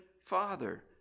father